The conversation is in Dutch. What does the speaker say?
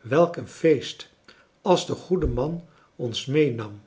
welk een feest als de goede man ons meenam